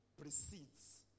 precedes